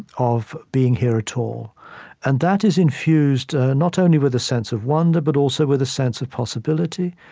of being here at all and that is infused not only with a sense of wonder, but also with a sense of possibility,